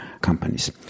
companies